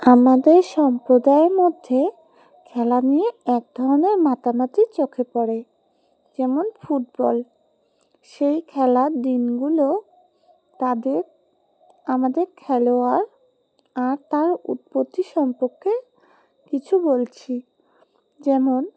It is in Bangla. আমাদের সম্প্রদায়ের মধ্যে খেলা নিয়ে এক ধরনের মাতামতি চোখে পড়ে যেমন ফুটবল সেই খেলার দিনগুলো তাদের আমাদের খেলোয়াড় আর তার উৎপত্তি সম্পর্কে কিছু বলছি যেমন